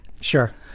Sure